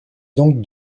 donc